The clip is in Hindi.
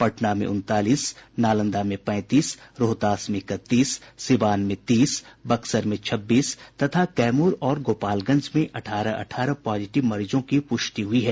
पटना में उनतालीस नालंदा में पैंतीस रोहतास में इकतीस सीवान में तीस बक्सर में छब्बीस तथा कैमूर और गोपालगंज में अठारह अठारह पॉजिटिव मरीजों की पुष्टि हुई है